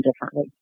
differently